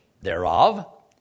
thereof